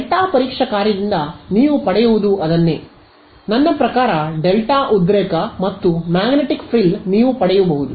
delta ಪರೀಕ್ಷಾ ಕಾರ್ಯದಿಂದ ನೀವು ಪಡೆಯುವುದು ಅದನ್ನೇ ನನ್ನ ಪ್ರಕಾರ ಡೆಲ್ಟಾ ಉದ್ರೇಕ ಮತ್ತು ಮ್ಯಾಗ್ನೆಟಿಕ್ ಫ್ರಿಲ್ ನೀವು ಪಡೆಯುವುದು